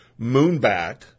moonbat